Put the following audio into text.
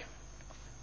Pawar Sangli